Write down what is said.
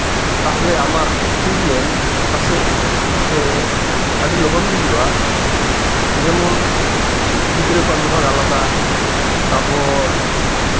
ᱛᱟᱞᱦᱮ ᱟᱢᱟᱜ ᱴᱨᱤᱴᱢᱮᱱᱴ ᱯᱟᱪᱮᱫ ᱥᱮ ᱟᱹᱰᱤ ᱞᱚᱜᱚᱱ ᱜᱮ ᱦᱳᱭᱳᱜᱼᱟ ᱡᱮᱢᱚᱱ ᱜᱤᱫᱽᱨᱟᱹ ᱠᱚᱣᱟᱜ ᱵᱤᱵᱷᱟᱜᱽ ᱟᱞᱟᱫᱟ ᱛᱟᱨᱯᱚᱨ